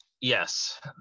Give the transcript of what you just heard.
Yes